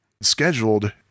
scheduled